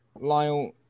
Lyle